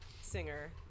singer